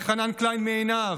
אלחנן קליין מעינב,